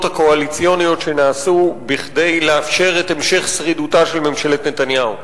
הקואליציוניות שנעשו כדי לאפשר את המשך שרידותה של ממשלת נתניהו.